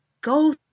Go